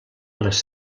les